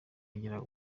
agera